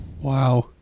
wow